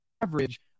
average